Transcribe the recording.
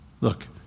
Look